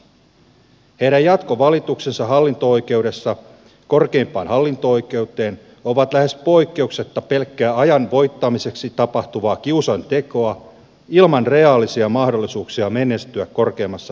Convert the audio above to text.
heidän jatkovalituksensa hallinto oikeudesta korkeimpaan hallinto oikeuteen ovat lähes poikkeuksetta pelkkää ajan voittamiseksi tapahtuvaa kiusantekoa ilman reaalisia mahdollisuuksia menestyä korkeimmassa hallinto oikeudessa